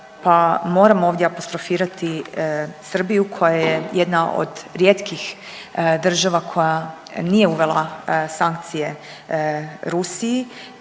moram ovdje apostrofirati Srbiju koja je jedna od rijetkih država koja nije uvela sankcije Rusiji